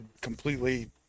completely